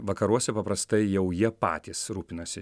vakaruose paprastai jau jie patys rūpinasi